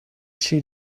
she